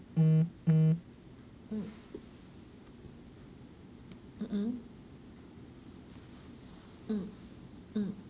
mm mm mm mm mm